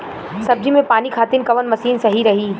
सब्जी में पानी खातिन कवन मशीन सही रही?